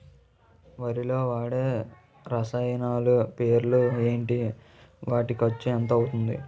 వరిలో వాడే రసాయనాలు పేర్లు ఏంటి? వాటి ఖర్చు ఎంత అవతుంది?